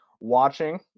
watching